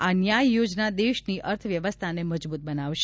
આ ન્યાય યોજના દેશની અર્થવ્યવસ્થાને મજબ્ત બનાવશે